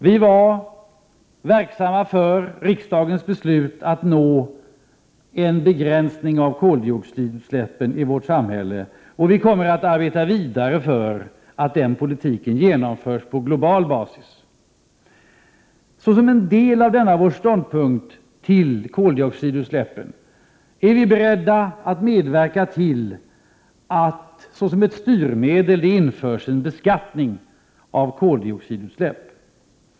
Vi var verksamma för riksdagens beslut att nå en begränsning av koldioxidutsläppen i vårt samhälle, och vi kommer att arbeta vidare för att den politiken genomförs på global basis. Såsom en del av denna vår inställning till koldioxidutsläppen är vi beredda att medverka till att det, såsom ett styrmedel, införs en beskattning av koldioxidutsläppen.